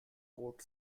court